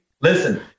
Listen